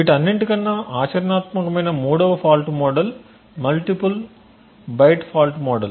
వీటన్నింటికన్నా ఆచరణాత్మకమైన మూడవ fault model multiple byte fault model